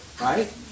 right